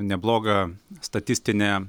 neblogą statistinę